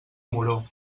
moró